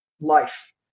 life